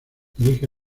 dirige